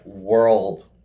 world